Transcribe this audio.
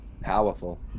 powerful